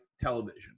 television